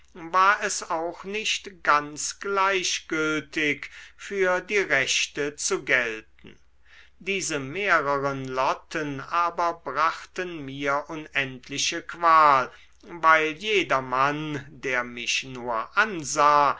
war es auch nicht ganz gleichgültig für die rechte zu gelten diese mehreren lotten aber brachten mir unendliche qual weil jedermann der mich nur ansah